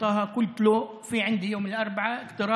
שעליו אחראית אל-מונדלה אילת שקד.